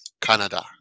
Canada